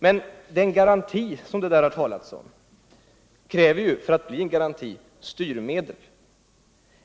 Den tillförsäkransgaranti som det talas om i detta sammanhang kräver ju, för att den skall bli en garanti, styrmedel.